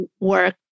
work